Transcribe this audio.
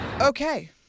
Okay